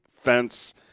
fence